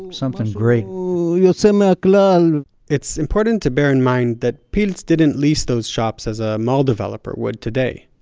something great you know so um ah it's important to bear in mind that pilz didn't lease those shops as a mall developer would today.